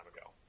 ago